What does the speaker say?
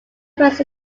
first